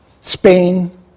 Spain